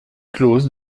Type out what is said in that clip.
clause